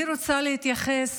אני רוצה להתייחס